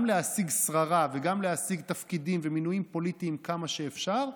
גם להשיג שררה וגם להשיג תפקידים ומינויים פוליטיים כמה שאפשר,